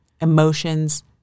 emotions